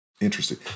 Interesting